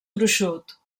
gruixut